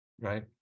right